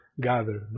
gather